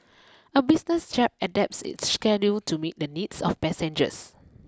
a business jet adapts its schedule to meet the needs of passengers